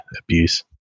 abuse